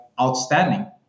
outstanding